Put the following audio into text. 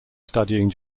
studying